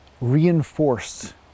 reinforced